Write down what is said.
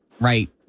right